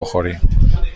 بخوریم